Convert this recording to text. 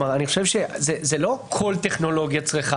זה לא כל טכנולוגיה צריכה.